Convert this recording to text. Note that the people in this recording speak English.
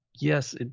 Yes